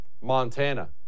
Montana